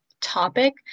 topic